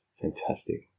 Fantastic